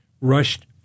rushed